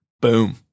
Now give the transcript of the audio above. Boom